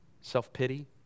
self-pity